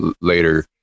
later